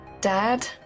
Dad